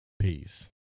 Peace